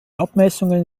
abmessungen